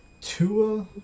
Tua